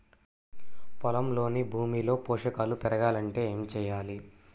పొలంలోని భూమిలో పోషకాలు పెరగాలి అంటే ఏం చేయాలి?